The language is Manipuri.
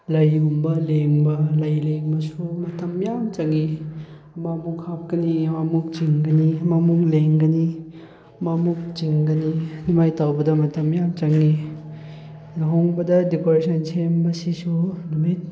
ꯂꯩꯒꯨꯝꯕ ꯂꯦꯡꯕ ꯂꯩ ꯂꯦꯡꯕꯁꯨ ꯃꯇꯝ ꯌꯥꯝ ꯆꯪꯉꯤ ꯑꯃꯃꯨꯛ ꯍꯥꯞꯀꯅꯤ ꯑꯃꯃꯨꯛ ꯆꯤꯡꯒꯅꯤ ꯑꯃꯃꯨꯛ ꯂꯦꯡꯒꯅꯤ ꯑꯃꯃꯨꯛ ꯆꯤꯡꯒꯅꯤ ꯑꯗꯨꯃꯥꯏꯅ ꯇꯧꯕꯗ ꯃꯇꯝ ꯌꯥꯝ ꯆꯪꯉꯤ ꯂꯨꯍꯣꯡꯕꯗ ꯗꯦꯀꯣꯔꯦꯁꯟ ꯁꯦꯝꯕꯁꯤꯁꯨ ꯅꯨꯃꯤꯠ